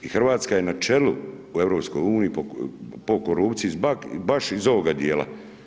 I Hrvatska je na čelu u EU po korupciji baš iz ovoga dijela.